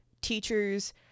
teachers